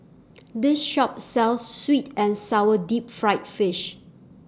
This Shop sells Sweet and Sour Deep Fried Fish